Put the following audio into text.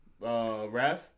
Raph